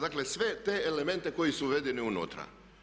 Dakle, sve te elemente koji su uvedeni unutra.